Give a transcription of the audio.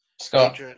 Scott